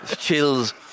chills